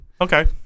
Okay